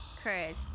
Chris